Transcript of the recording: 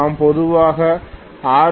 நாம் பொதுவாக ஆர்